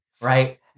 right